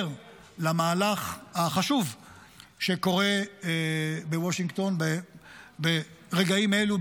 למהלך החשוב שקורה בוושינגטון ברגעים אלו,